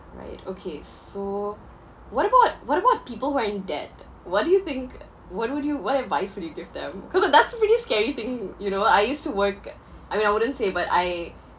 right okay so what about what about people who are in debt what do you think what would you what advice would you give them cause uh that's a pretty scary thing you know I used to work I mean I wouldn't say but I